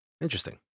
Interesting